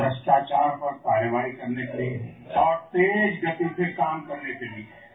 भ्रष्टाचार पर कार्रवाई करने के लिए है और तेज गति से काम करने के लिए है